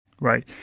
Right